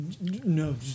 no